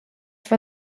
for